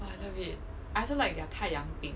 !wah! I love it I also like their 太阳饼